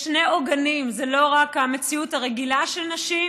יש שני עוגנים: לא רק המציאות הרגילה של נשים,